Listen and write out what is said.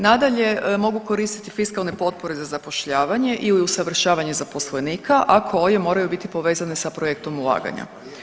Nadalje, mogu koristiti fiskalne potpore za zapošljavanje ili usavršavanje zaposlenika a koje moraju biti povezane sa projektom ulaganja.